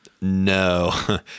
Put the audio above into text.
no